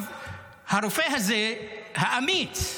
הרופא הזה, האמיץ,